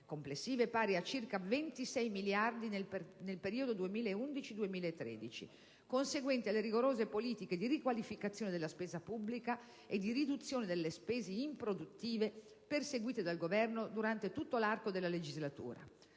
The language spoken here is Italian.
complessive, pari a circa 26 miliardi nel periodo 2011-2013, conseguente alle rigorose politiche di riqualificazione della spesa pubblica e di riduzione delle spese improduttive perseguite dal Governo durante tutto l'arco della legislatura.